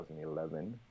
2011